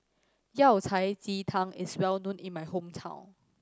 Yao Cai ji tang is well known in my hometown